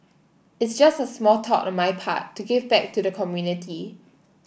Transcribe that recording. it's just a small thought on my part to give back to the community